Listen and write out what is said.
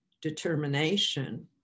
determination